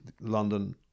London